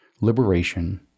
Liberation